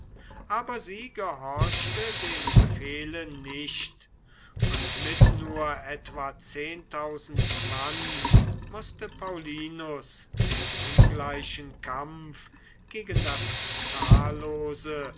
aber sie gehorchte dem befehle nicht und mit nur etwa zehntausend mann mußte paullinus den ungleichen kampf gegen das zahllose